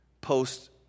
post